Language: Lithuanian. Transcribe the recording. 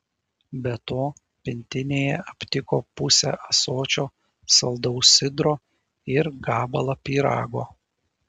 be to pintinėje aptiko pusę ąsočio saldaus sidro ir gabalą pyrago